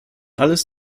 alles